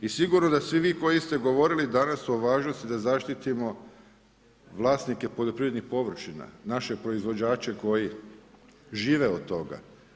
I sigurno da svi vi koji ste govorili danas o važnosti da zaštitimo vlasnike poljoprivrednih površina, naše proizvođače koji žive od toga.